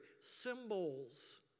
symbols